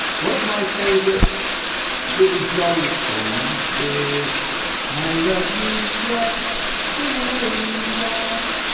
one of my favorite billy joel songs is i love you just the way you are